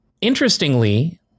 interestingly